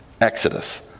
Exodus